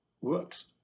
works